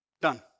done